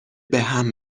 بهم